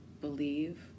believe